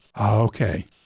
Okay